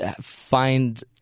find